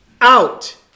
out